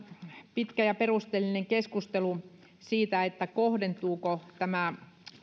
pitkä ja perusteellinen keskustelu siitä kohdentuuko tämä